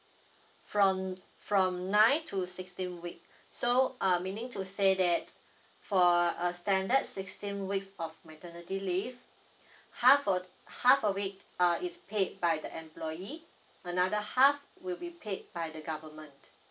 from from nine to sixteen week so uh meaning to say that for a standard sixteen week of maternity leave half a half a week uh is paid by the employee another half will be paid by the government